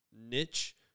niche